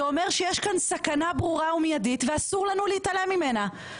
זה אומר שיש כאן סכנה ברורה ומיידית ואסור לנו להתעלם ממנה.